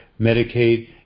Medicaid